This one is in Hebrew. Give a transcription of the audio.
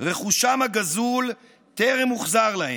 רכושם הגזול טרם הוחזר להם.